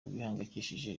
bihangayikishije